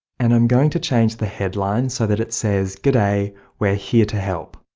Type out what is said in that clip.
and i'm going to change the headline so that it says g'day, we're here to help'.